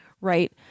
right